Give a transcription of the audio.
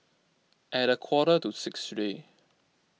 at a quarter to six today